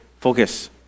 focus